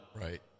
Right